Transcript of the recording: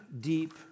deep